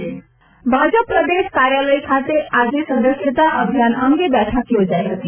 Gujarat BJP Bhajpa પ્રદેશ કાર્યાલય ખાતે આજે સદસ્યતા અભિયાન અંગે બેઠક યોજાઇ હતી